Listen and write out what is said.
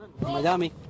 Miami